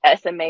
SMA